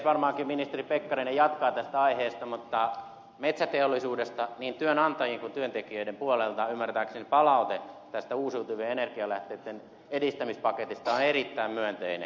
varmaankin ministeri pekkarinen jatkaa tästä aiheesta mutta metsäteollisuudesta niin työnantajien kuin työntekijöiden puolelta ymmärtääkseni palaute tästä uusiutuvien energialähteitten edistämispaketista on erittäin myönteinen